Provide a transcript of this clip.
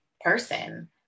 person